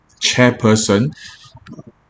chairperson